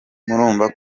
murumva